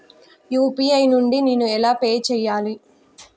UPI నుండి నేను ఎలా పే చెయ్యాలి?